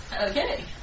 Okay